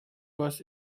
bus